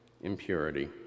impurity